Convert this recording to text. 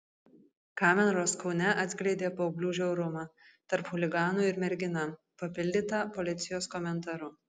kameros kaune atskleidė paauglių žiaurumą tarp chuliganų ir mergina papildyta policijos komentaru